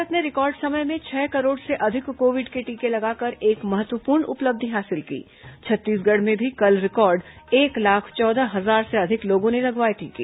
भारत ने रिकॉर्ड समय में छह करोड़ से अधिक कोविड के टीके लगाकर एक महत्वपूर्ण उपलब्यि हासिल की छत्तीसगढ़ में भी कल रिकॉर्ड एक लाख चौदह हजार से अधिक लोगों ने लगवाए टीके